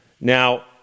Now